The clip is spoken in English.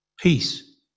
Peace